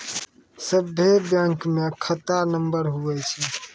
सभे बैंकमे खाता नम्बर हुवै छै